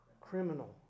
criminal